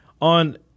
on